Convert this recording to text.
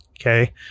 okay